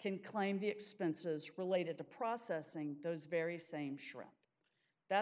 can claim the expenses related to processing those very same sram that's